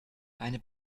eine